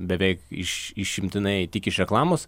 beveik iš išimtinai tik iš reklamos